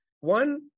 One